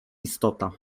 istota